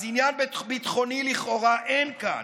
אז עניין ביטחוני לכאורה אין כאן,